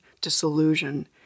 disillusion